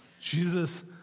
Jesus